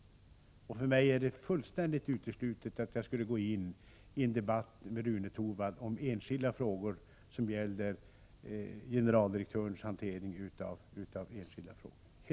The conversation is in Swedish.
För mig är det fullständigt uteslutet att med Rune Torwald gå in i en debatt som gäller generaldirektörens hantering av enskilda frågor.